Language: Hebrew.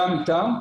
גם אתם.